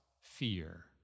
fear